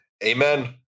Amen